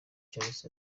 charles